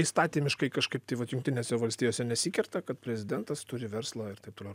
įstatymiškai kažkaip tai vat jungtinėse valstijose nesikerta kad prezidentas turi verslą ir taip toliau